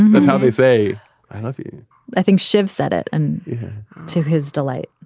that's how they say i love you i think shiv said it and to his delight.